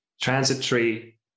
transitory